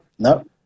No